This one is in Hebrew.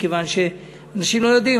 מכיוון שאנשים לא יודעים,